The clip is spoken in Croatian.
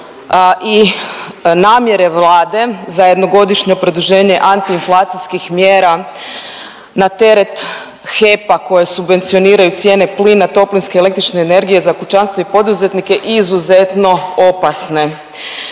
i namjere Vlade za jednogodišnje produženje antiinflacijskih mjera na teret HEP-a koje subvencioniraju cijene plina, toplinske električne energije za kućanstva i poduzetnike izuzetno opasne.